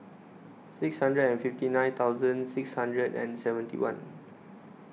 six hundred and fifty nine thousand six hundred and seventy one